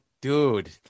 dude